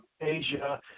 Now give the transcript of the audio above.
Asia